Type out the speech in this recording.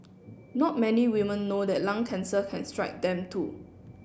not many women know that lung cancer can strike them too